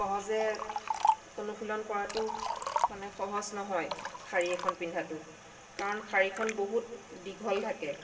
সহজে অনুশীলন কৰাতো মানে সহজ নহয় শাৰী এখন পিন্ধাতো কাৰণ শাৰীখন বহুত দীঘল থাকে